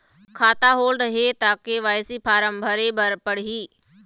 खाता होल्ड हे ता के.वाई.सी फार्म भरे भरे बर पड़ही?